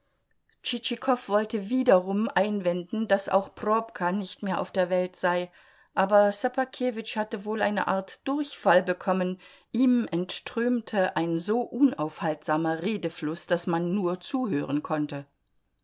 tschitschikow wollte wiederum einwenden daß auch probka nicht mehr auf der welt sei aber ssobakewitsch hatte wohl eine art durchfall bekommen ihm entströmte ein so unaufhaltsamer redefluß daß man nur zuhören konnte